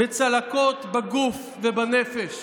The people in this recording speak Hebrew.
בצלקות בגוף ובנפש.